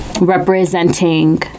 representing